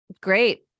Great